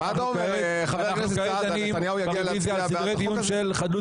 אנחנו ברוויזיה על חדלות פירעון.